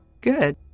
Good